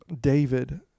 David